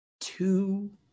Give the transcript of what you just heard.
Two